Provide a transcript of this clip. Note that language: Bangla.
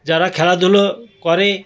যারা খেলাধুলো করে